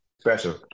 special